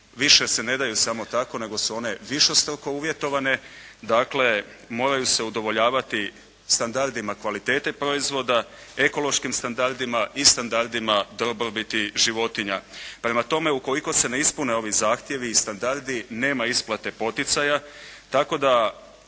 više se ne daju samo tako, nego su one višestruko uvjetovane, dakle moraju se udovoljavati standardima kvalitete proizvoda, ekološkim standardima i standardima dobrobiti životinja. Prema tome, ukoliko se ne ispune ovi zahtjevi i standardi, nema isplate poticaja, tako da